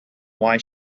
why